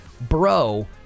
bro